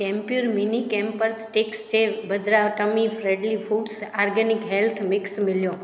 Campure mini camphor sticks जे बदिरां tummy friendly foods organic health mix मिलियो